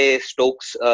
Stokes